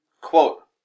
Quote